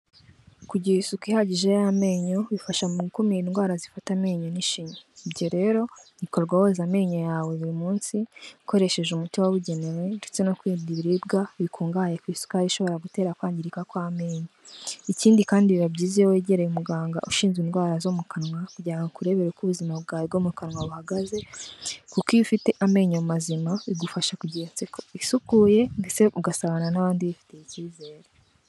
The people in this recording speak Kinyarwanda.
Kugira isuku ihagije y'amenyo bifasha mu gukumira indwara zifata amenyo n'ishinya, ibyo rero bikorwa woza amenyo yawe buri munsi ukoresheje umuti wabugenewe ndetse no kwirinda ibiribwa bikungahaye ku isukari ishobora gutera kwangirika kw'amenyo, ikindi kandi biba byiza iyo wegereye umuganga ushinze indwara zo mu kanwa kugira ngo ukurebere uko ubuzima bwawe bwo mu kanwa buhagaze kuko iyo ufite amenyo mazima bigufasha kugira inseko isukuye ndetse ugasabana n'abandi wifitiye icyizere.